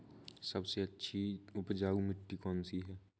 सबसे अच्छी उपजाऊ मिट्टी कौन सी है?